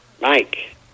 Mike